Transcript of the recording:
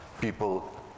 People